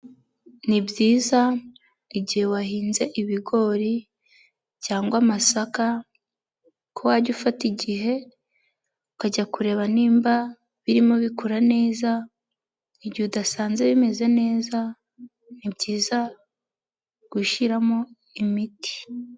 Ni byiza igihe wahinze ibigori cyangwa amasaka ko wajya ufata igihe ukajya kureba nimba birimo bikura neza, igihe udasanze bimeze neza ni byiza gushiramo imiti.